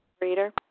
reader